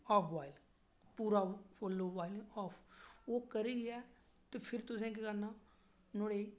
half उबाइल पूरा full उबाइल नेईं हाफ उबाइल ओह् करियै फिर तुसें केह् करना नुआढ़े च